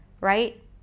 right